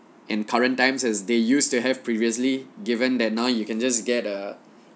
in current times as they used to have previously given that now you can just get a